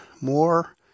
more